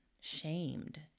shamed